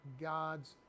God's